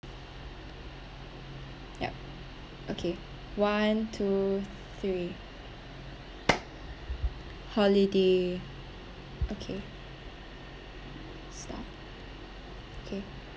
yup okay one two three holiday okay so okay